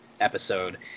episode